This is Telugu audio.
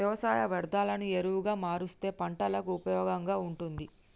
వ్యవసాయ వ్యర్ధాలను ఎరువుగా మారుస్తే పంటలకు ఉపయోగంగా ఉంటుంది